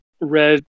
red